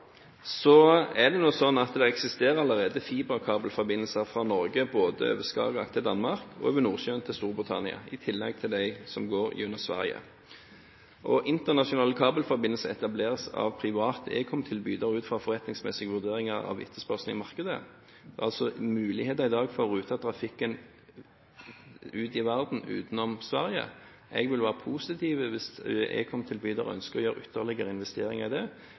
er det sånn at det allerede eksisterer fiberkabelforbindelser fra Norge både over Skagerak til Danmark og over Nordsjøen til Storbritannia – i tillegg til dem som går gjennom Sverige. Internasjonale kabelforbindelser etableres av private ekom-tilbydere ut fra forretningsmessige vurderinger av etterspørselen i markedet. Det er altså i dag muligheter for å rute trafikken ut i verden utenom Sverige. Jeg vil være positiv hvis ekom-tilbyder ønsker å gjøre ytterligere investeringer der, men det